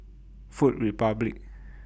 Food Republic